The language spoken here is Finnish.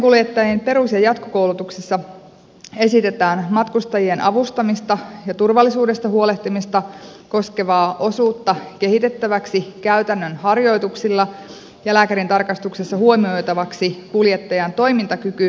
taksinkuljettajien perus ja jatkokoulutuksessa esitetään matkustajien avustamista ja turvallisuudesta huolehtimista koskevaa osuutta kehitettäväksi käytännön harjoituksilla ja lääkärintarkastuksessa huomioitavaksi kuljettajan toimintakyky